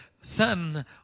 Son